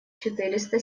четыреста